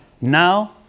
Now